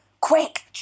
quick